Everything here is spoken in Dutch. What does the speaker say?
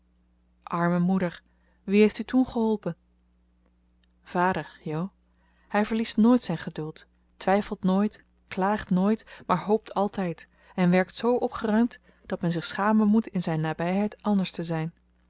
arme moeder wie heeft u toen geholpen vader jo hij verliest nooit zijn geduld twijfelt nooit klaagt nooit maar hoopt altijd en werkt zoo opgeruimd dat men zich schamen moet in zijn nabijheid anders te zijn